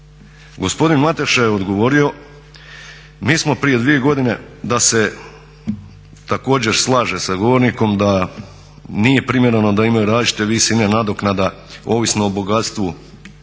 gospodin Mateša je odgovorio mi smo prije dvije godine da se također slaže sa govornikom da nije primjereno da imaju različite visine nadoknada ovisno o bogatstvo